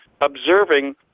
observing